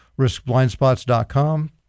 riskblindspots.com